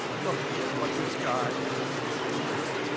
look at what this guy is doing now